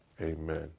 amen